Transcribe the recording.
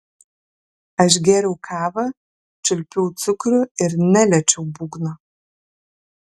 aš gėriau kavą čiulpiau cukrų ir neliečiau būgno